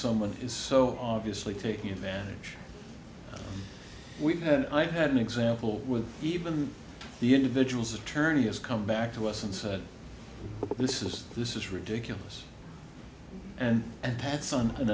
someone is so obviously taking advantage we had i had an example with even the individuals attorney has come back to us and said this is this is ridiculous and that's on an